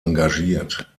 engagiert